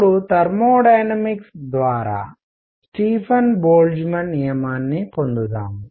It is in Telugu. ఇప్పుడు థర్మోడైనమిక్స్ ఉష్ణగతికశాస్త్రం ద్వారా స్టీఫన్ బోల్ట్జ్మాన్ నియమాన్ని పొందుదాం